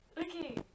Okay